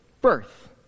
birth